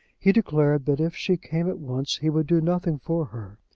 he declared that if she came at once he would do nothing for her.